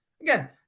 again